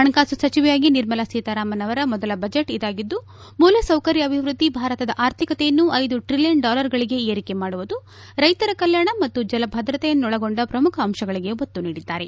ಹಣಕಾಸು ಸಚಿವೆಯಾಗಿ ನಿರ್ಮಲಾ ಸೀತಾರಾಮನ್ ಅವರ ಮೊದಲ ಬಜೆಟ್ ಇದಾಗಿದ್ದು ಮೂಲ ಸೌಕರ್ಯ ಅಭಿವ್ನಧಿ ಭಾರತದ ಆರ್ಥಿಕತೆಯನ್ನು ಐದು ಟ್ರಿಲಿಯನ್ ಡಾಲರ್ಗಳಿಗೆ ಏರಿಕೆ ಮಾಡುವುದು ರೈತರ ಕಲ್ನಾಣ ಮತ್ತು ಜಲ ಭದ್ರತೆಯನ್ನೊಳಗೊಂಡ ಪ್ರಮುಖ ಅಂಶಗಳಿಗೆ ಒತ್ತು ನೀಡಿದ್ದಾರೆ